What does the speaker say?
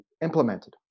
implemented